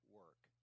work